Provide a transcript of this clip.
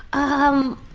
um.